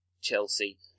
Chelsea